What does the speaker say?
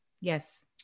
Yes